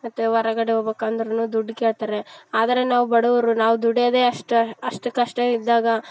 ಮತ್ತು ಹೊರಗಡೆ ಹೋಬೇಕ್ ಅಂದ್ರೂ ದುಡ್ಡು ಕೇಳ್ತಾರೆ ಆದರೆ ನಾವು ಬಡವರು ನಾವು ದುಡಿಯೋದೆ ಅಷ್ಟು ಅಷ್ಟು ಕಷ್ಟ ಇದ್ದಾಗ